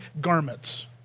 garments